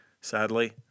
sadly